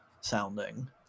sounding